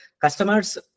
customers